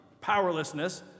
powerlessness